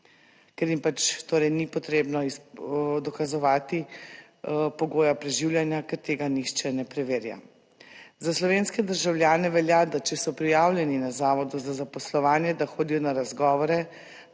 ker jim pač torej ni potrebno dokazovati pogoja preživljanja, ker tega nihče ne preverja,. Za slovenske državljane velja, da če so prijavljeni na Zavodu za zaposlovanje, da hodijo na razgovore,